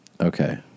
okay